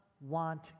want